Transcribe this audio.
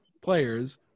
players